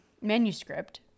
manuscript